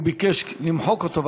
הוא ביקש למחוק אותו,